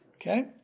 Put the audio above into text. Okay